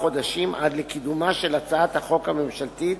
חודשים עד לקידומה של הצעת החוק הממשלתית,